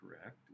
correct